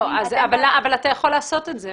אבל אתה יכול לעשות את זה,